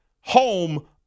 home